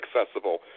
accessible